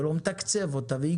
לא מתקצב אותה והיא